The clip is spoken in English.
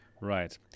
right